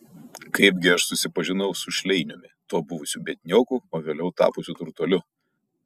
kaipgi aš susipažinau su šleiniumi tuo buvusiu biednioku o vėliau tapusiu turtuoliu